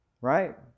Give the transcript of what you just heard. right